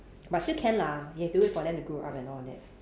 but still can lah you have to wait for them to grow up and all that